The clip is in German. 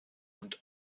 und